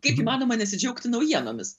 kaip įmanoma nesidžiaugti naujienomis